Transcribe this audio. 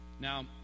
Now